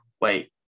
wait